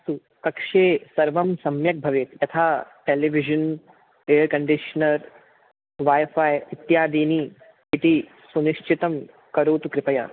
अस्तु कक्षे सर्वं सम्यक् भवेत् यथा टेलिविषन् एर्कण्डीश्नर् वै फै इत्यादिनि इति सुनि श्चितं करोतु कृपया